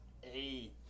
Hey